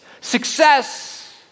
success